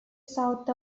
south